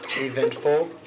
Eventful